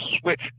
switch